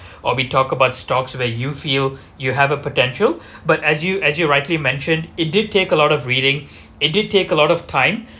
or we talk about stocks where you feel you have a potential but as you as you rightly mentioned it did take a lot of reading it did take a lot of time